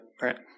right